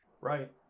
right